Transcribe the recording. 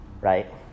right